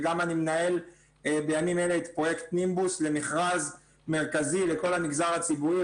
אני גם מנהל בימים אלה את פרויקט נימבוס למכרז מרכזי לכל המגזר הציבורי,